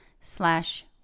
slash